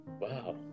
Wow